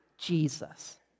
Jesus